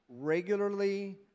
regularly